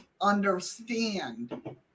understand